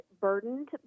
burdened